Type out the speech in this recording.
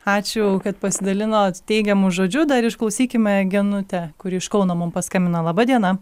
ačiū kad pasidalinot teigiamu žodžiu dar išklausykime genutę kuri iš kauno mum paskambino laba diena